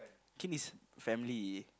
kid is family